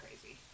crazy